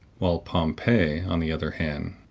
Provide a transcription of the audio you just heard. while pompey, on the other hand,